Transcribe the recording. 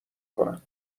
کنم